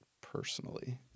personally